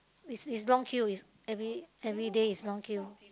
is is long queue is every everyday is long queue